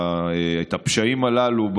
את הפשעים הללו,